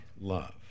love